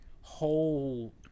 whole